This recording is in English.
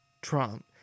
Trump